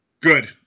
Good